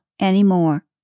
anymore